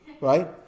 Right